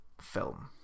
film